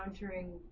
countering